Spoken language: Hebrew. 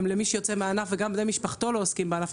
הם למי שיוצא מהענף וגם בני משפחתו לא עוסקים בענף,